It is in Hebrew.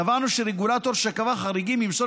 קבענו שרגולטור שקבע חריגים ימסור